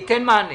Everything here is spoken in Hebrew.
ייתן מענה.